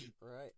Right